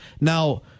Now